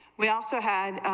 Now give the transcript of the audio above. we also had,